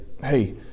hey